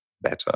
better